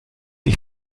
ich